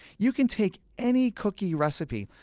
you can take any cookie recipe,